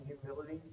humility